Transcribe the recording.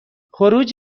خروج